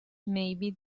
maybe